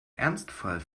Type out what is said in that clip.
ernstfall